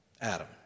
Adam